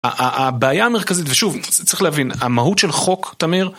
הבעיה המרכזית, ושוב, צריך להבין, המהות של חוק, תמיר...